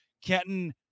Kenton